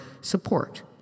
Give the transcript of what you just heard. support